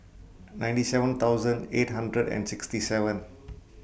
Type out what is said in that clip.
ninety seven thousand eight hundred and sixty seven